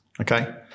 okay